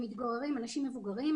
אנשים מבוגרים,